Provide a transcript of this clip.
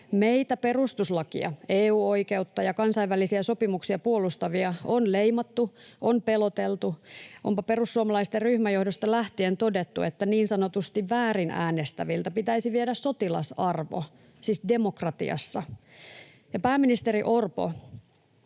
Meitä perustuslakia, EU-oikeutta ja kansainvälisiä sopimuksia puolustavia on leimattu, on peloteltu, onpa perussuomalaisten ryhmäjohdosta lähtien todettu, että niin sanotusti väärin äänestäviltä pitäisi viedä sotilasarvo, siis demokratiassa. Ja, pääministeri Orpo,